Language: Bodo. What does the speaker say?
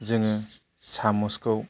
जोङो साम'जखौ